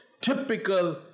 Typical